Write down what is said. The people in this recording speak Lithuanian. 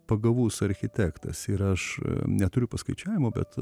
pagavus architektas ir aš neturiu paskaičiavimo bet